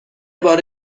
بار